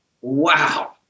Wow